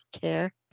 care